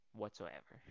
whatsoever